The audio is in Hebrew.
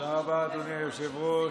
תודה רבה, אדוני היושב-ראש.